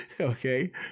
okay